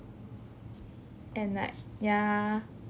and like yeah